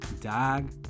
Dog